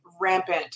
rampant